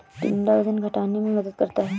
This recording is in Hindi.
टिंडा वजन घटाने में मदद करता है